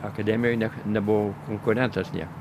akademijoj ne nebuvau konkurentas niekam